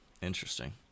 Interesting